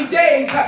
days